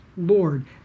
Lord